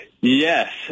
Yes